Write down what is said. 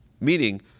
meaning